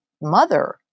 mother